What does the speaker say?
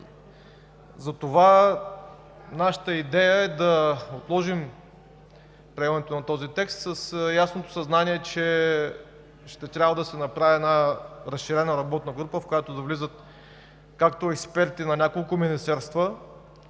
Затова нашата идея е да отложим приемането на този текст с ясното съзнание, че ще трябва да се направи разширена работна група, в която да влизат както експертите на няколко министерства,